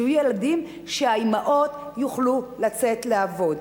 שייכנסו ילדים שהאמהות יוכלו לצאת לעבוד,